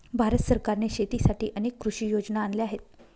भारत सरकारने शेतीसाठी अनेक कृषी योजना आणल्या आहेत